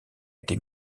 été